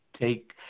take